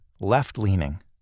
left-leaning